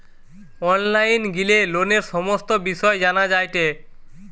online গিলে লোনের সমস্ত বিষয় জানা যায়টে